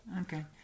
okay